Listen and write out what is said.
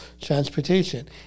transportation